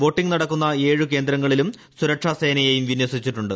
voting നടക്കുന്ന ഏഴു കേന്ദ്രങ്ങളിലും സുരക്ഷാസേനയേയും വിന്യസിച്ചിട്ടുണ്ട്